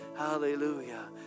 hallelujah